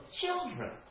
children